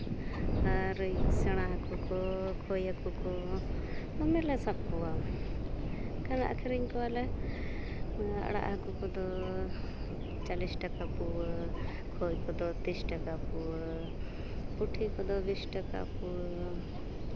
ᱟᱨ ᱥᱮᱬᱟ ᱦᱟᱹᱠᱩ ᱠᱚ ᱠᱳᱭ ᱦᱟᱹᱠᱩ ᱠᱚ ᱫᱚᱢᱮᱞᱮ ᱥᱟᱵ ᱠᱚᱣᱟ ᱮᱱᱠᱷᱟᱱ ᱟᱹᱠᱷᱨᱤᱧ ᱠᱚᱣᱟᱞᱮ ᱟᱲᱟᱜ ᱦᱟᱹᱠᱩ ᱠᱚᱫᱚ ᱪᱚᱞᱞᱤᱥ ᱴᱟᱠᱟ ᱯᱩᱣᱟᱹ ᱠᱳᱭ ᱠᱚᱫᱚ ᱛᱤᱨᱤᱥ ᱴᱟᱠᱟ ᱯᱩᱣᱟᱹ ᱯᱩᱴᱷᱤ ᱠᱚᱫᱚ ᱵᱤᱥ ᱴᱟᱠᱟ ᱯᱩᱣᱟᱹ